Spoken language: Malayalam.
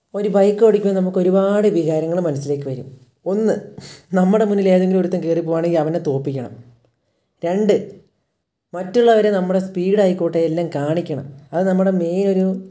ഒരു ബൈക്കോടിക്കുമ്പോൾ നമുക്കൊരുപാട് വികാരങ്ങൾ മനസ്സിലേക്കുവരും ഒന്ന് നമ്മുടെ മുന്നിലേതെങ്കിലും ഒരുത്തന് കയറി പോവുകയാണെങ്കിൽ അവനെ തോൽപ്പിക്കണം രണ്ട് മറ്റുള്ളവരെ നമ്മുടെ സ്പീഡായിക്കോട്ടെ എല്ലാം കാണിക്കണം അത് നമ്മുടെ മെയിനൊരു